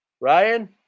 Ryan